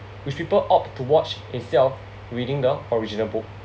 which people opt to watch instead of reading the original book